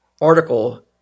article